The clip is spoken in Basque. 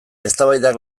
eztabaidak